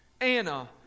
Anna